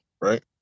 right